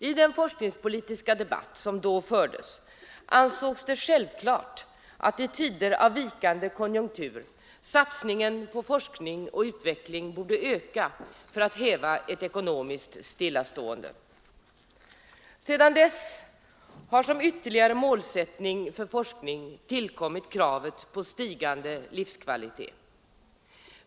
I den forskningspolitiska debatt som då fördes ansågs det självklart att i tider av vikande konjunktur satsningen på forskning och utveckling borde öka för att häva ett ekonomiskt stillastående. Sedan dess har som ytterligare målsättning för forskning tillkommit kravet på stigande livskvalitet.